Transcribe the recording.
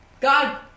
God